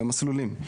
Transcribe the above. למסלולים,